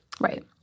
Right